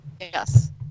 Yes